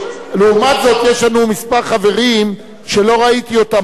לעומת זאת, יש לנו כמה חברים שלא ראיתי אותם היום,